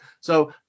So-